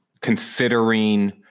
considering